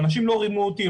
האנשים לא רימו אותי,